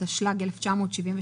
התשל"ג-1973,